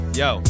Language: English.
yo